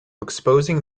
exposing